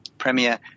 Premier